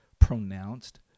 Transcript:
pronounced